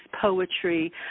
poetry